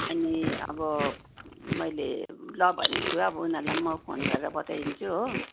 अनि अब मैले ल भनेको छु अब उनीहरूलाई पनि म फोन गरेर बताइदिन्छु हो